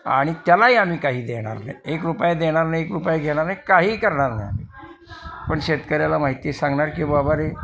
आणि त्यालाही आम्ही काही देणार नाही एक रुपया देणार नाही एक रुपया घेणार नाही काही करणार नाही आम्ही पण शेतकऱ्याला माहिती सांगणार की बाबारे